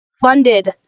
funded